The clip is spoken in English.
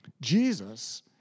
Jesus